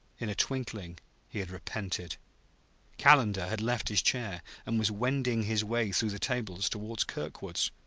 in a twinkling he had repented calendar had left his chair and was wending his way through the tables toward kirkwood's.